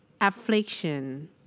Affliction